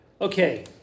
Okay